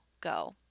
go